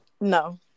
No